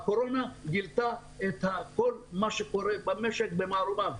הקורונה גילתה את כל מה שקורה במשק במערומיו.